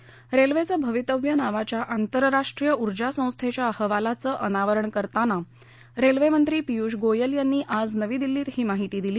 रेल्वेचं भवितव्य नावाच्या आंतरराष्ट्रीय उर्जा संस्थेच्या अहवालाचं अनावरण करताना रेल्वेमंत्री पियुष गोयल यांनी आज नवी दिल्लीत ही माहिती दिली